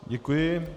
Děkuji.